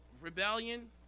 rebellion